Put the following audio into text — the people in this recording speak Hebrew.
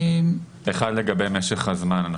אל"ף, לגבי משך הזמן.